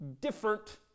different